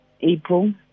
April